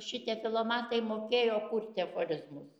šitie filomatai mokėjo kurti aforizmus